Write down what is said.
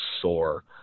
sore